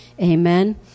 Amen